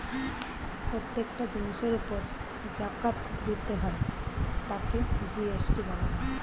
প্রত্যেকটা জিনিসের উপর জাকাত দিতে হয় তাকে জি.এস.টি বলা হয়